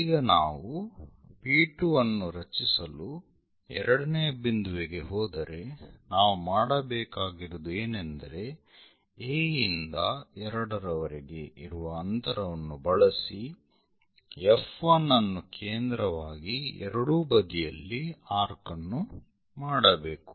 ಈಗ ನಾವು P2 ಅನ್ನು ರಚಿಸಲು ಎರಡನೆಯ ಬಿಂದುವಿಗೆ ಹೋದರೆ ನಾವು ಮಾಡಬೇಕಾಗಿರುವುದು ಏನೆಂದರೆ A ಇಂದ 2 ರವರೆಗೆ ಇರುವ ಅಂತರವನ್ನು ಬಳಸಿ F1 ಅನ್ನು ಕೇಂದ್ರವಾಗಿ ಎರಡೂ ಬದಿಯಲ್ಲಿ ಆರ್ಕ್ ಅನ್ನು ಮಾಡಬೇಕು